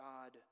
God